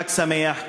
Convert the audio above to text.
חג שמח.